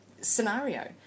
scenario